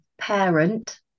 parent